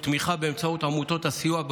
ותמיכה במזון באמצעות עמותות הסיוע,